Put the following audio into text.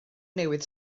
newydd